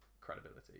credibility